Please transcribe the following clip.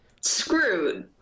screwed